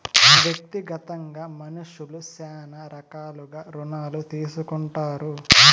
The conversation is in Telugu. వ్యక్తిగతంగా మనుష్యులు శ్యానా రకాలుగా రుణాలు తీసుకుంటారు